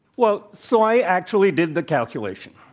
well. so, i actually did the calculation.